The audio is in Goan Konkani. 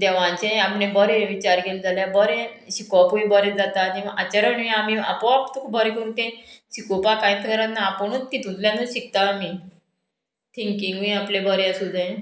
देवाचे आपले बरें विचार केले जाल्यार बरें शिकोवपूय बरें जाता आनी आचरणूय आमी आपोआप तुका बरें करून तें शिकोवपाक कांयत गरज ना आपुणूत तितूंतल्यानूच शिकता आमी थिंकींगूय आपलें बरें आसूं तें